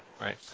Right